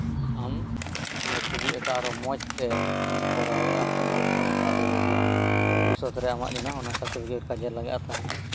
ᱪᱷᱚᱵᱤ ᱟᱸᱠᱟᱣ ᱟᱨᱚ ᱢᱚᱸᱡᱽᱛᱮ ᱠᱚᱨᱟᱣ ᱟᱨᱠᱤ ᱢᱚᱸᱡᱽᱛᱮᱢ ᱟᱸᱠᱟᱣ ᱫᱟᱲᱮᱭᱟᱠᱚᱣᱟ ᱵᱷᱚᱵᱤᱥᱥᱚᱛᱨᱮ ᱟᱢᱟᱜ ᱡᱮᱱᱚ ᱚᱱᱟ ᱥᱟᱨᱴᱤᱯᱷᱤᱠᱮᱴ ᱠᱟᱡᱮᱨᱮ ᱞᱟᱜᱟᱜ ᱛᱟᱢ